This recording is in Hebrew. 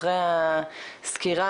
אחרי הסקירה